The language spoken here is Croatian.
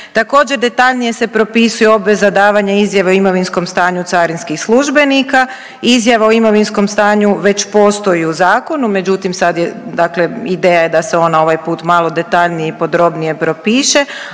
Također detaljnije se propisuje obveza davanja izjave o imovinskom stanju carinskih službenika, izjave o imovinskom stanju već postoji u zakonu međutim sad je, dakle ideja je da se ona ovaj put malo detaljnije i podrobnije propiše,